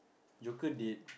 joker dead